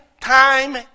time